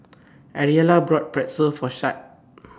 Ariella bought Pretzel For Chet